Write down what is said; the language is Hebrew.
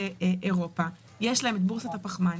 באירופה יש הם את בורסת הפחמן,